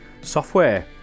software